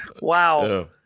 wow